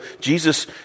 Jesus